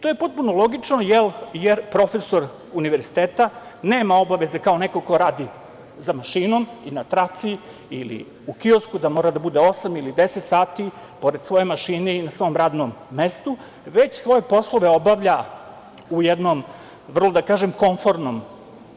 To je potpuno logično jer profesor univerziteta nema obaveze kao neko ko radi za mašinom, na traci, ili u kiosku, da mora da bude osam ili deset sati pored svoje mašine i na svom radnom mestu, već svoje poslove obavlja u jednom vrlo komfornom